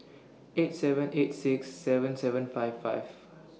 eight seven eight six seven seven five five